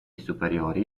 superiori